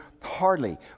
Hardly